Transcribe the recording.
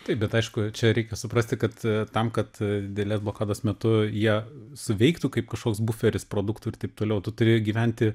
taip bet aišku čia reikia suprasti kad tam kad didelės blokados metu jie suveiktų kaip kažkoks buferis produktų ir taip toliau tu turi gyventi